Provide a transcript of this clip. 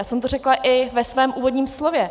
Já jsem to řekla i ve svém úvodním slově.